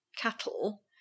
cattle